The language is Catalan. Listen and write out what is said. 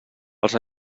els